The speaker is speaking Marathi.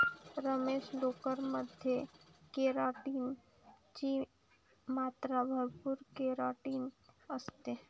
रमेश, लोकर मध्ये केराटिन ची मात्रा भरपूर केराटिन असते